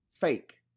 fake